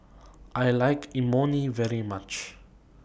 I like Imoni very much